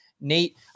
Nate